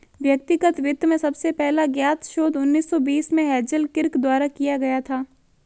व्यक्तिगत वित्त में सबसे पहला ज्ञात शोध उन्नीस सौ बीस में हेज़ल किर्क द्वारा किया गया था